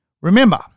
Remember